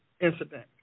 incident